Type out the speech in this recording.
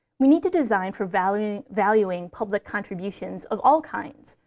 we need to design for valuing valuing public contributions of all kinds,